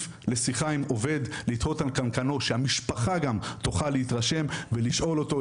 לשיחה עם עובד לתהות על קנקנו שהמשפחה גם תוכל להתרשם ולשאול אותו,